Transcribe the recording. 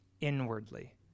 inwardly